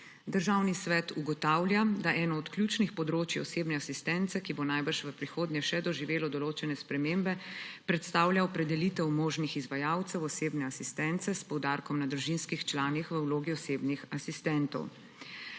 Državni svet ugotavlja, da eno od ključnih področij osebne asistence, ki bo najbrž v prihodnje še doživelo določene spremembe, predstavlja opredelitev možnih izvajalcev osebne asistence s poudarkom na družinskih članih v vlogi osebnih asistentov.